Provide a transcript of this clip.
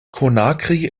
conakry